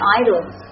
idols